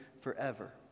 forever